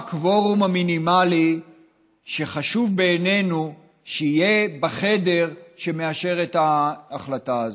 מה הקוורום המינימלי שחשוב בעינינו שיהיה בחדר שמאשר את ההחלטה הזו?